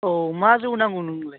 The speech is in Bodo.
औ मा जौ नांगौ नोंनोलाय